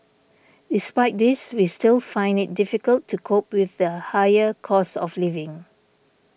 despite this we still find it difficult to cope with the higher cost of living